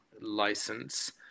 license